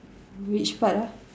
which part ah